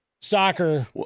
soccer